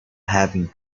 having